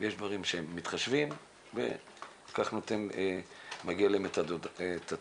יש דברים שהם מתחשבים ועל כך מגיעה להם את התודה.